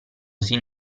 sin